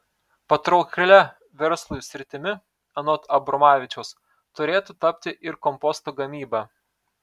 patrauklia verslui sritimi anot abromavičiaus turėtų tapti ir komposto gamyba